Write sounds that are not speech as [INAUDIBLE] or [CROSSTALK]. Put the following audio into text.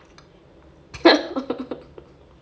[LAUGHS]